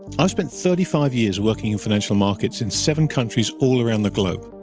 i've spent thirty five years working in financial markets, in seven countries all around the globe.